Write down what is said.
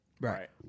Right